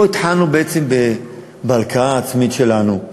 פה התחלנו בעצם בהלקאה עצמית שלנו,